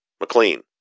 McLean